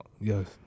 yes